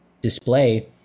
display